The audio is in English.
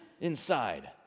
inside